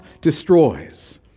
destroys